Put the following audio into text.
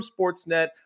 Sportsnet